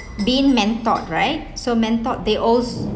been mentored right so mentored they also